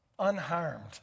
unharmed